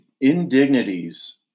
indignities